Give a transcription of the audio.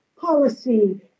policy